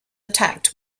attacked